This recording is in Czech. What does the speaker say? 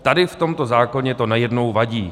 Tady v tomto zákoně to najednou vadí.